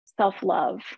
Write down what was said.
self-love